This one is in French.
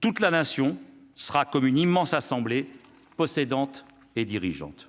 toute la nation sera comme une immense assemblée possédante et dirigeante